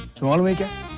an omega.